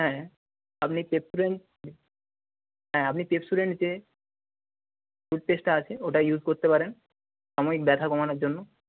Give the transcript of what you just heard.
হ্যাঁ আপনি পেপসুডেন্ট হ্যাঁ আপনি পেপসুডেন্ট যে টুথপেস্টটা আছে ওটা ইউজ করতে পারেন সাময়িক ব্যথা কমানোর জন্য